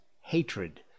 hatred